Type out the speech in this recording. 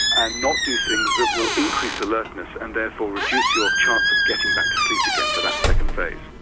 and not do things that will increase alertness and therefore reduce your chance of getting back to sleep again for that second phase.